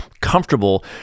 comfortable